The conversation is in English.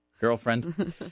girlfriend